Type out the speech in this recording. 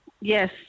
Yes